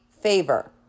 favor